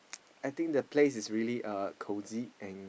I think the place is really uh cosy and